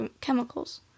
chemicals